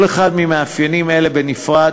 כל אחד ממאפיינים אלה בנפרד,